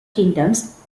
kingdoms